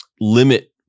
limit